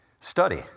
study